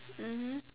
mmhmm